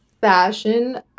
fashion